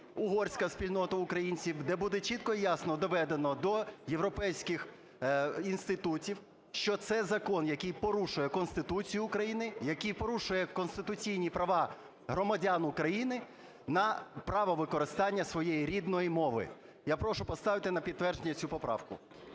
Угорська спільнота українців, де буде чітко і ясно доведено до європейських інститутів, що це закон, який порушує Конституцію України, який порушує конституційні права громадян України на право використання своєї рідної мови. Я прошу поставити на підтвердження цю поправку.